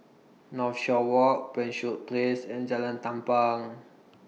Northshore Walk Penshurst Place and Jalan Tampang